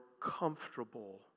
comfortable